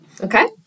Okay